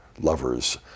lovers